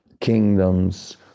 Kingdoms